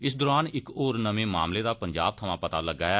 इस दौरान इक होर नमां मामले दा पंजाब थमां पता लग्गा ऐ